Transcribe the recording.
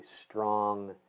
strong